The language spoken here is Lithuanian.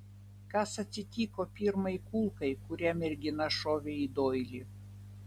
kas atsitiko pirmai kulkai kurią mergina šovė į doilį